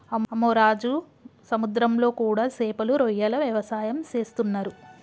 అమ్మె రాజు సముద్రంలో కూడా సేపలు రొయ్యల వ్యవసాయం సేసేస్తున్నరు